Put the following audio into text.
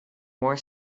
more